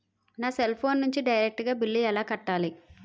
నా cell phone నుంచి direct గా బిల్లు ఎలా కట్టాలి?